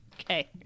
Okay